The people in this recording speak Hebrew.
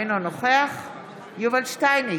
אינו נוכח יובל שטייניץ,